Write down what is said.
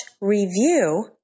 review